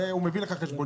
הרי הוא מביא לך חשבוניות.